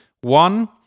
One